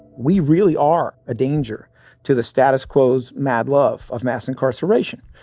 we really are a danger to the status quo's mad love of mass incarceration.